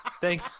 Thank